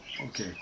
Okay